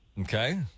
Okay